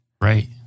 right